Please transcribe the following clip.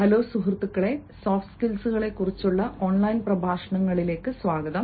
hello സുഹൃത്തുക്കളെ soft സ്കില്ലുകളെക്കുറിച്ചുള്ള online പ്രഭാഷണങ്ങളിലേക്ക് സ്വാഗതം